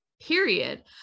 period